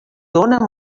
dóna